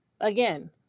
Again